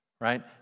right